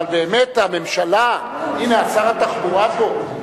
אבל באמת, הנה שר התחבורה פה.